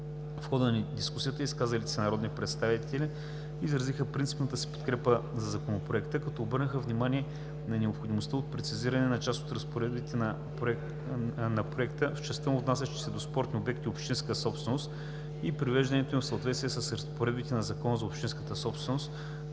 В хода на дискусията изказалите се народни представители изразиха принципната си подкрепа за Законопроекта, като обърнаха внимание на необходимостта от прецизиране на част от разпоредбите на Проекта в частта му, отнасяща се до спортните обекти – общинска собственост, и привеждането им в съответствие с разпоредбите на Закона за общинската собственост